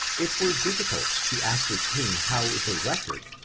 it were difficult to ascer tain how the record,